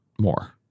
more